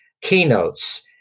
keynotes